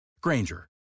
Granger